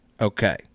Okay